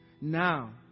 Now